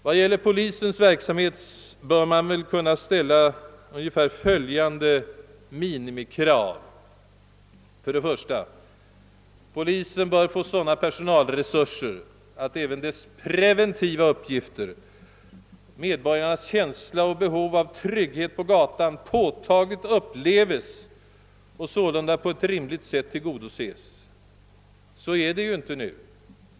I fråga om polisens verksamhet bör man kunna ställa ungefär följande minimikrav: 1) Polisen bör få sådana personalresurser, att både dess preventiva uppgifter och medborgarnas känsla och behov av trygghet på gatan påtagligt uppleves och på rimligt sätt tillgodoses. Så är det inte nu, i varje fall inte i storstäderna.